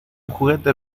juguete